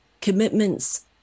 commitments